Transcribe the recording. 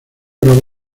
grabó